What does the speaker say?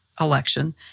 election